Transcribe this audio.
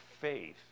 faith